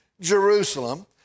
Jerusalem